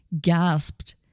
gasped